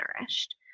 nourished